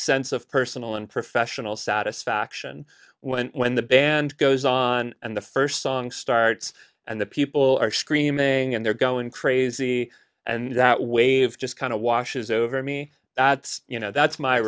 sense of personal and professional satisfaction when when the band goes on and the first song starts and the people are screaming and they're going crazy and that wave just kind of washes over me you know that's my